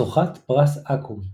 זוכת פרס אקו״ם.